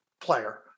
player